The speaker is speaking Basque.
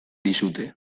dizute